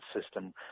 system